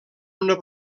una